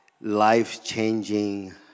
life-changing